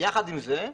יחד עם זה,